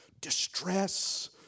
Distress